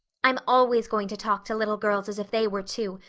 i'm always going to talk to little girls as if they were too,